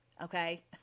okay